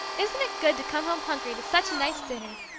isn't it good to come home hungry to such a nice dinner!